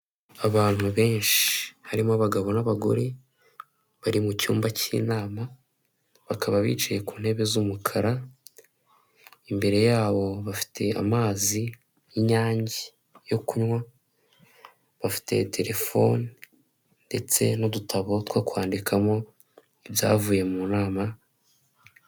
Abantu benshi harimo abagabo n'abagore bari mu cyumba cy'inama bakaba bicaye ku ntebe z'umukara imbere yabo bafite amazi y'inyange yo kunywa bafite telefone ndetse n'udutabo two kwandikamo ibyavuye mu nama.